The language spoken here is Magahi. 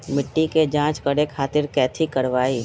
मिट्टी के जाँच करे खातिर कैथी करवाई?